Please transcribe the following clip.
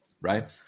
Right